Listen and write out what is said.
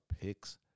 picks